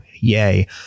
Yay